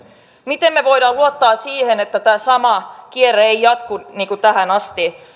miten me voimme luottaa siihen että tämä sama kierre ei jatku niin kuin tähän asti